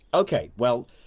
ok, well,